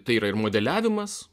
tai yra ir modeliavimas